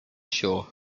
shore